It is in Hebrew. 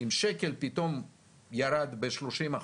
ואם השקל פתאום ירד ב-30%,